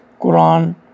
Quran